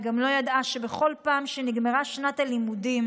וגם לא ידעה שבכל פעם שנגמרה שנת הלימודים,